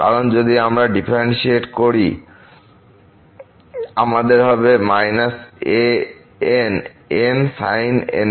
কারণ যদি আমরা ডিফারেন্শিয়েট করি আমাদের হবে −an n sin nx